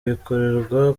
bikorerwa